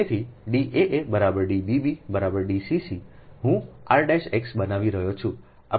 તેથી d aa બરાબર d bb બરાબર d cc હું r x બનાવી રહ્યો છું